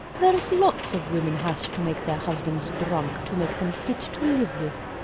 there's lots of women has to make their husbands drunk to make them fit to live with.